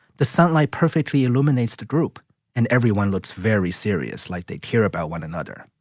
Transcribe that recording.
the sunlight perfectly illuminates the group and everyone looks very serious like they care about one another.